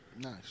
Nice